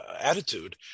attitude